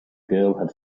girl